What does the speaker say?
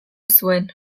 zuen